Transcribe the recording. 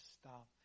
stop